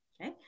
Okay